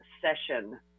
session